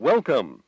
Welcome